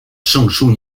changchun